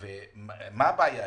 מה הבעיה?